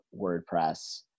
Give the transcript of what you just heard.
WordPress